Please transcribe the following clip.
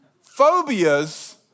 Phobias